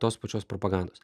tos pačios propagandos